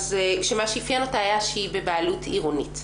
שמה שאפיין אותה היה שהיא הייתה בבעלות עירונית.